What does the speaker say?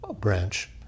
branch